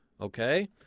Okay